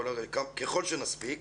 ככל שנספיק,